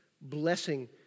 blessing